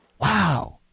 Wow